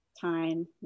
time